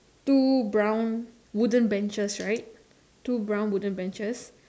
two brown wooden benches right two brown wooden benches